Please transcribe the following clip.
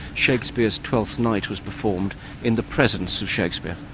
shakespeare's twelfth night was performed in the presence of shakespeare.